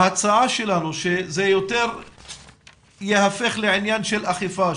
ההצעה שלנו היא שזה יהפוך לעניין של אכיפה,